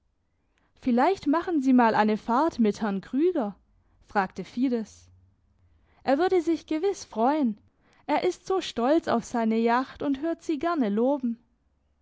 vielleicht machen sie mal eine fahrt mit herrn krüger fragte fides er würde sich gewiss freuen er ist so stolz auf seine jacht und hört sie gerne loben